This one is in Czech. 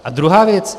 A druhá věc.